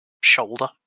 shoulder